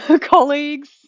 colleagues